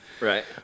right